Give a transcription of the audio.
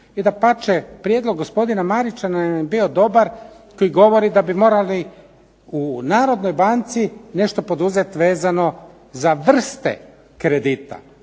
I dapače, prijedlog gospodina Marića nam je bio dobar koji govori da bi morali u Narodnoj banci nešto poduzeti vezano za vrste kredita,